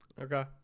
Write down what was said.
Okay